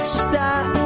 stop